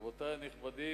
רבותי הנכבדים,